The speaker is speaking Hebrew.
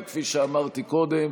כפי שאמרתי קודם,